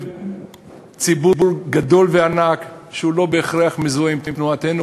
ציבור גדול וענק שלא בהכרח מזוהה עם תנועתנו,